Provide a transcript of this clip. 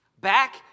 back